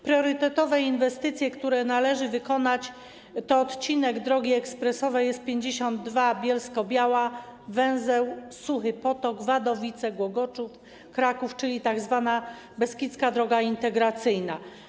Priorytetowa inwestycja, którą należy wykonać, to odcinek drogi ekspresowej S52: Bielsko-Biała - węzeł Suchy Potok - Wadowice - Głogoczów - Kraków, czyli tzw. Beskidzka Droga Integracyjna.